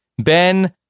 ben